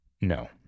No